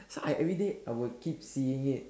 so I everyday I would keep seeing it